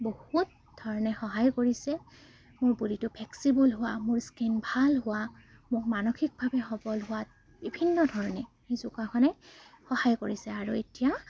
বহুত ধৰণে সহায় কৰিছে মোৰ বডিটো ফ্লেক্সিবল হোৱা মোৰ স্কিন ভাল হোৱা মোক মানসিকভাৱে সবল হোৱাত বিভিন্ন ধৰণে সেই যোগাসনে সহায় কৰিছে আৰু এতিয়া